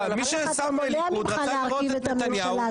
מי ששם ליכוד רצה לראות את נתניהו כראש ממשלה.